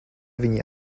viņi